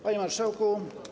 Panie Marszałku!